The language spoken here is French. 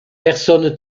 personne